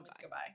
goodbye